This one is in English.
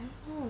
dude